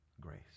grace